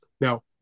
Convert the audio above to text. Now